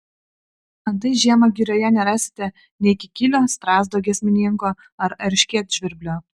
antai žiemą girioje nerasite nei kikilio strazdo giesmininko ar erškėtžvirblio